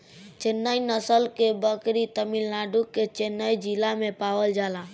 चेन्नई नस्ल के बकरी तमिलनाडु के चेन्नई जिला में पावल जाला